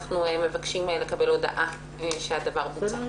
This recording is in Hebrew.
אנחנו מבקשים לקבל הודעה שהדבר בוצע.